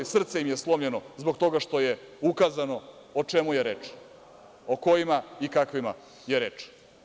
Srce im je slomljeno zbog toga što je ukazano o čemu je reč, o kojima i kakvima je reč.